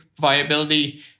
viability